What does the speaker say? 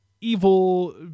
Evil